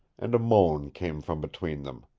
and a moan came from between them.